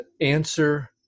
answer